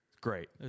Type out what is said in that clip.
Great